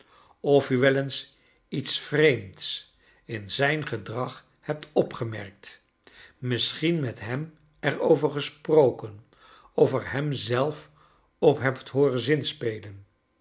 of u wel eens iets vreemds in zijn gedrag hebt opgemerkt misschien met hem er over gesproken of er hem zelf op hebt hooren zinspelen